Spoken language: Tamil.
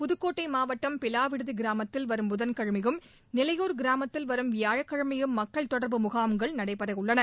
புதுக்கோட்டை மாவட்டம் பிலாவிடுதி கிராமத்தில் வரும் புதன்கிழமையும் நிலையூர் கிராமத்தில் வரும் வியாழக்கிழமையும் மக்கள் தொடர்பு முகாம்கள் நடைபெறவுள்ளன